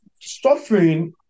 Suffering